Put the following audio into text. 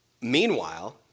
meanwhile